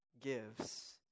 gives